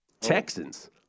Texans